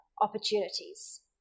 opportunities